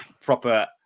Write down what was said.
proper